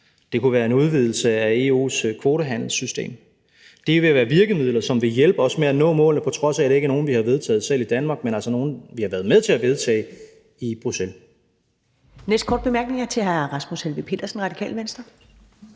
det kunne være en udvidelse af EU's kvotehandelssystem. Det vil jo være virkemidler, som vil hjælpe os med at nå målene, på trods af at det ikke er nogle, som vi selv har vedtaget i Danmark, men altså nogle, som vi har været med til at vedtage i Bruxelles. Kl. 13:20 Første næstformand (Karen Ellemann): Næste korte bemærkning er til hr. Rasmus Helveg Petersen, Radikale Venstre.